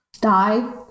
Die